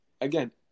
again